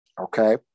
Okay